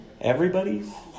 everybody's